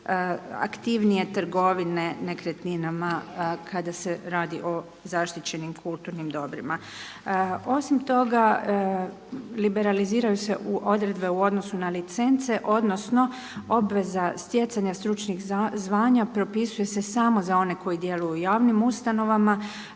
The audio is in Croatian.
aktivnije trgovine nekretninama kada se radi o zaštićenim kulturnim dobrima. Osim toga liberaliziraju se odredbe u odnosu na licence, odnosno obveza stjecanja stručnih zvanja propisuju se samo za one koji djeluju u javnim ustanovama.